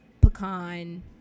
pecan